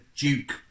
duke